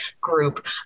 group